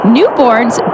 Newborns